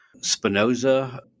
Spinoza